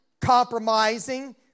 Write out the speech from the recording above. compromising